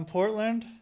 Portland